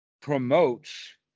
promotes